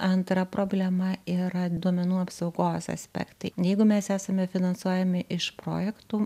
antra problema yra duomenų apsaugos aspektai jeigu mes esame finansuojami iš projektų